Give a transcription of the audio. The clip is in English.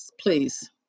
please